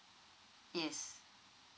yes